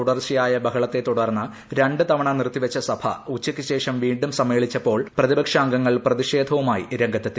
തുടർച്ചയായ ബഹളത്തെ തുടർന്ന് രണ്ട് തവണ നിർത്തിവച്ച സഭ ഉച്ചയ്ക്ക് ശേഷം വീണ്ടും ്സമ്മേളിച്ചപ്പോൾ പ്രതിപക്ഷാംഗങ്ങൾ പ്രതിഷേധവുമായി രംഗത്തെത്തി